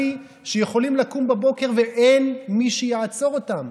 שיכולים לקום בבוקר ואין מי שיעצור אותם.